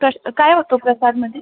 प्रशा काय होतं प्रसादमध्ये